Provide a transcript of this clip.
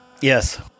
Yes